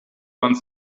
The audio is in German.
man